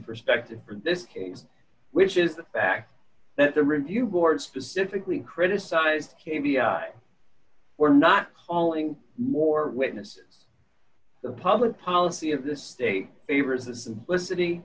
perspective for this case which is the fact that the review board specifically criticized for not calling more witnesses the public policy of the state favors the simplicity